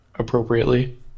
Appropriately